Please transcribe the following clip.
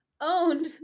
owned